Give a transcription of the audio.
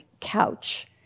couch